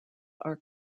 are